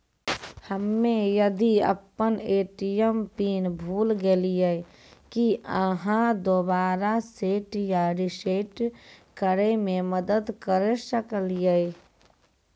हम्मे यदि अपन ए.टी.एम पिन भूल गलियै, की आहाँ दोबारा सेट या रिसेट करैमे मदद करऽ सकलियै?